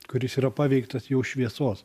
kuris yra paveiktas jau šviesos